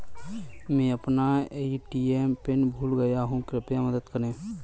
मैं अपना ATM pin भूल गया हूँ, कृपया मदद करें